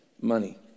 money